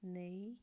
ନେଇ